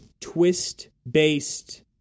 twist-based